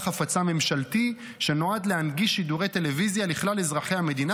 הפצה מממשלתי שנועד להנגיש שידורי טלוויזיה לכלל אזרחי המדינה,